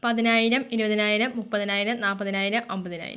പതിനായിരം ഇരുപതിനായിരം മുപ്പതിനായിരം നാൽപ്പതിനായിരം അൻപതിനായിരം